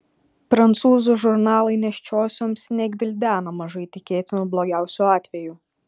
prancūzų žurnalai nėščiosioms negvildena mažai tikėtinų blogiausių atvejų